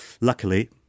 luckily